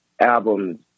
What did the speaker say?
albums